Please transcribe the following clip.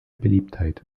beliebtheit